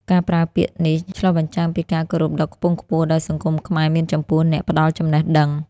ការប្រើពាក្យនេះឆ្លុះបញ្ចាំងពីការគោរពដ៏ខ្ពង់ខ្ពស់ដែលសង្គមខ្មែរមានចំពោះអ្នកផ្ដល់ចំណេះដឹង។